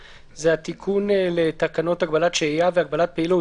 התיקון לתקנות הגבלת שהייה והגבלת פעילות.